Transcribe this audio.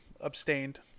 abstained